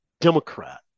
Democrat